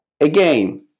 Again